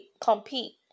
compete